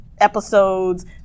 episodes